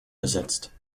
besetzt